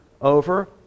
over